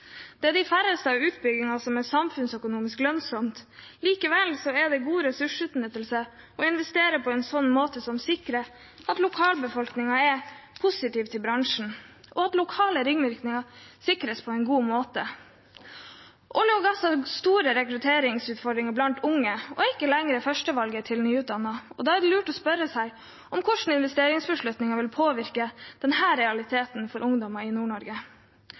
Det er de færreste av utbyggingene som er samfunnsøkonomisk lønnsomme. Likevel er det god ressursutnyttelse å investere på en måte som sikrer at lokalbefolkningen er positiv til bransjen, og at lokale ringvirkninger sikres på en god måte. Olje- og gassnæringene har store rekrutteringsutfordringer blant unge og er ikke lenger førstevalget til nyutdannede. Da er det lurt å spørre seg om hvordan investeringsbeslutningen vil påvirke denne realiteten for ungdommer i